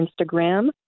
Instagram